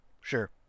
Sure